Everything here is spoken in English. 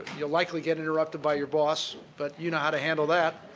you'll likely get interrupted by your boss, but you know how to handle that.